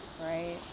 right